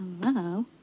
Hello